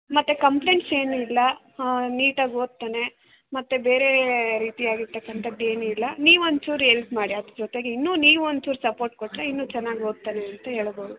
ಮತ್ತೆ ಕಂಪ್ಲೆಂಟ್ಸ್ ಏನೂ ಇಲ್ಲ ನೀಟಾಗಿ ಓದ್ತಾನೆ ಮತ್ತೆ ಬೇರೆ ರೀತಿಯಾಗಿರ್ತಕಂತದ್ದೇನೂ ಇಲ್ಲ ನೀವು ಒಂಚೂರು ಹೆಲ್ಪ್ ಮಾಡಿ ಅದರ ಜೊತೆಗೆ ಇನ್ನೂ ನೀವು ಒಂಚೂರು ಸಪೋರ್ಟ್ ಕೊಟ್ಟರೆ ಇನ್ನೂ ಚೆನ್ನಾಗಿ ಓದ್ತಾನೆ ಅಂತ ಹೇಳ್ಬೋದು